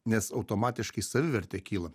nes automatiškai savivertė kyla